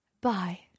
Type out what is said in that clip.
Bye